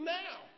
now